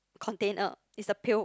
container is the pail